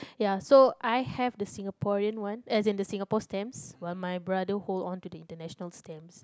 ya so I have the Singaporean one as in the Singapore stamps while my brother hold on to the international stamps